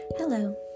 Hello